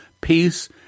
peace